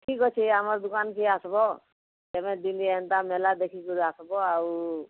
ଠିକ୍ ଅଛି ଆମର୍ ଦୁକାନ୍କେ ଆସ୍ବ କେବେ ଦିଲି ଏନ୍ତା ମେଲା ଦେଖିକରି ଆସ୍ବ ଆଉ